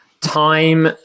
time